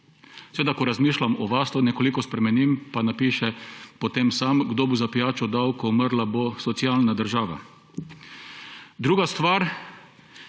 država?« Ko razmišljam o vas, to nekoliko spremenim pa napišem potem sam: »Kdo bo za pijačo dal, ko umrla bo socialna država?« Druga stvar.